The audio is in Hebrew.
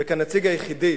וכנציג היחידי